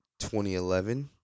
2011